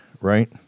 right